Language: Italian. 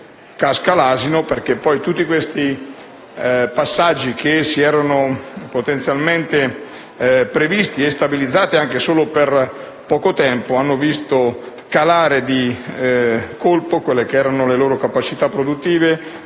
casca l'asino, perché tutti questi passaggi che si erano potenzialmente previsti e stabilizzati anche solo per poco tempo hanno visto calare di colpo le loro capacità di